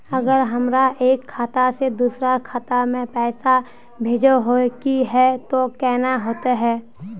अगर हमरा एक खाता से दोसर खाता में पैसा भेजोहो के है तो केना होते है?